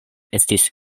estis